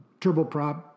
turboprop